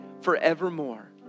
forevermore